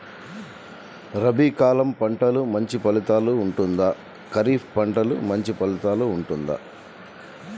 రబీ కాలం పంటలు మంచి ఫలితాలు ఉంటుందా? ఖరీఫ్ పంటలు మంచి ఫలితాలు ఉంటుందా?